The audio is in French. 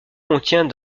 contient